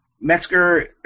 Metzger